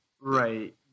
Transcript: Right